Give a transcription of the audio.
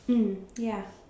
mm ya